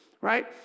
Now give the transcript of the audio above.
right